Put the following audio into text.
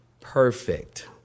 perfect